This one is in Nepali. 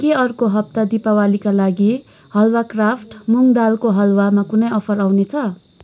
के अर्को हप्ता दीपावलीका लागि हलवा क्राफ्ट मुँग दालको हलवा मा कुनै अफर आउनेछ